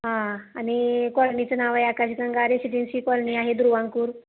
हां आणि कॉलनीचं नाव आहे आकाशगंगा रेसिडेन्सी कॉलनी आहे दुर्वांकूर